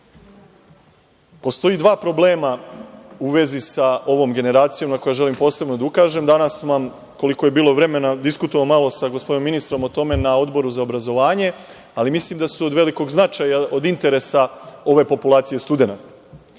Postoje dva problema u vezi sa ovom generacijom na koja želim posebno da ukažem. Danas vam, koliko je bilo vremena da diskutujemo malo sa gospodinom ministrom o tome na Odbor za obrazovanje, ali mislim da su od velikog značaja, od interesa ove populacije studenata. Prva